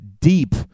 deep